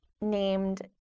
named